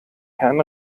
herrn